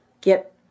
get